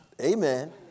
amen